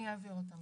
אני אעביר אותם.